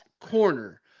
corner